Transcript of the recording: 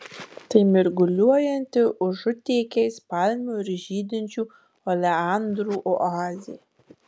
tai mirguliuojanti užutėkiais palmių ir žydinčių oleandrų oazė